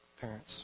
parents